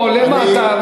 תגידו את האמת.